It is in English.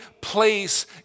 place